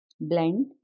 blend